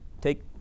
take